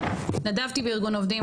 התנדבתי בארגון עובדים,